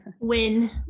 win